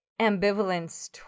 ambivalence